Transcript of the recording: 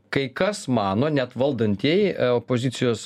kai kas mano net valdantieji opozicijos